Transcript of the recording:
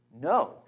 No